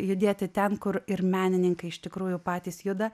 judėti ten kur ir menininkai iš tikrųjų patys juda